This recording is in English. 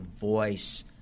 voice